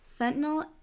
Fentanyl